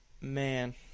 man